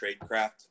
tradecraft